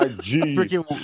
Freaking